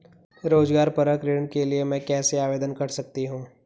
रोज़गार परक ऋण के लिए मैं कैसे आवेदन कर सकतीं हूँ?